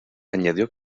añadió